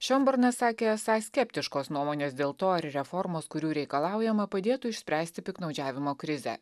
šiomburnas sakė esąs skeptiškos nuomonės dėl to ar ir reformos kurių reikalaujama padėtų išspręsti piktnaudžiavimo krizę